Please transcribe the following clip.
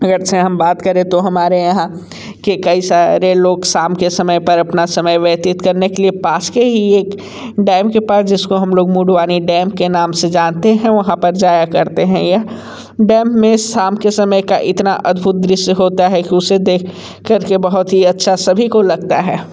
अगरचे हम बात करें तो हमारे यहाँ के कई सारे लोग शाम के समय पर अपना समय व्यतित करने के लिए पास के ही एक डैम के पास जिसको हम लोग मुडवानी डैम के नाम से जानते हैं वहाँ पर जाया करते हैं यह डैम में शाम के समय का इतना अद्भुत दृश्य होता है कि उसे देख कर के बहुत ही अच्छा सभी को लगता है